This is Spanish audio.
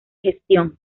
gestión